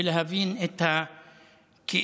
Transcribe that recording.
ולהבין את הכאב.